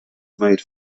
made